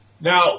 Now